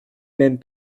même